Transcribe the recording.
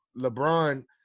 LeBron